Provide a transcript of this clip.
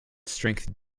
strength